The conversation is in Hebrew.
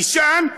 יישן,